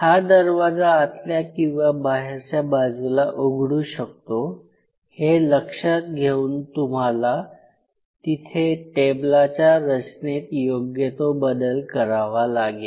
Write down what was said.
हा दरवाजा आतल्या किंवा बाहेरच्या बाजूला उघडू शकतो हे लक्षात घेऊन तुम्हाला तिथे टेबलाच्या रचनेत योग्य तो बदल करावा लागेल